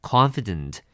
Confident